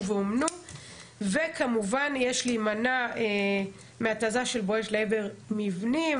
ואומנו וכמובן יש להימנע מהתזה של "בואש" לעבר מבנים,